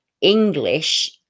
English